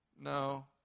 No